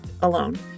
alone